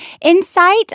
insight